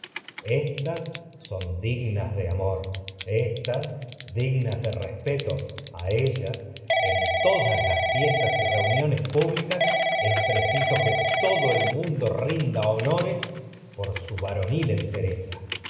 estas dignas de amor tas éstas dignas de respeto a ellas en todas las fies y reuniones públicas es preciso que todo el honores mundo rinda por su varonil entereza